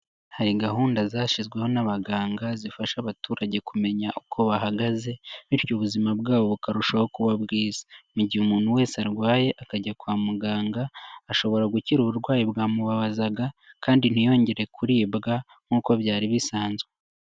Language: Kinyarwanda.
Hari gahunda zashyizweho n'abaganga zifasha abaturage kumenya uko bahagaze, bityo ubuzima bwabo bukarushaho kuba bwiza, mu gihe umuntu wese arwaye akajya kwa muganga, ashobora gukira uburwayi bwamubabazaga kandi ntiyongere kuribwa nk'uko byari bisanzwe.